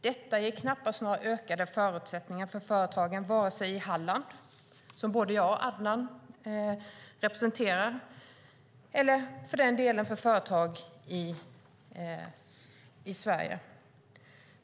Detta ger knappast några ökade förutsättningar för företagen vare sig i Halland, som både jag och Adnan representerar, eller i övriga Sverige.